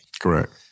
Correct